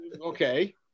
Okay